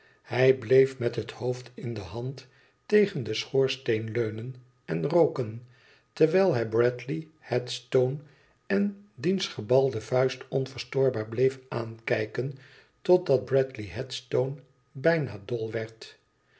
hij bleef met het hoofd in de hand tegen den schoorsteen leanen en rooken terwijl hij bradley headstone en diens gebalde vuist onverstoorbaar bleef aankijken totdat bradley headstone bijna dol werd